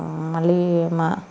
మళ్ళీ మా